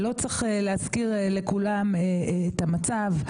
ולא צריך להזכיר לכולם את המצב,